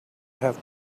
have